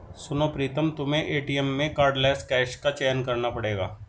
सुनो प्रीतम तुम्हें एटीएम में कार्डलेस कैश का चयन करना पड़ेगा